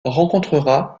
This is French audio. rencontrera